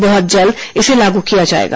बहुत जल्द इसे लागू किया जाएगा